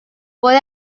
puede